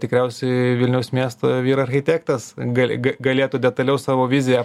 tikriausiai vilniaus miesto vyr architektas gali galėtų detaliau savo viziją